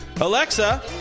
Alexa